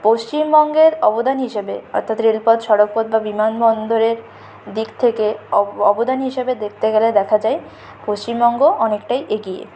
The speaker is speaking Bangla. পশ্চিমবঙ্গের অবদান হিসাবে অর্থাৎ রেলপথ সড়কপথ বা বিমানবন্দরের দিক থেকে অব অবদান হিসাবে দেখতে গেলে দেখা যায় পশ্চিমবঙ্গ অনেকটাই এগিয়ে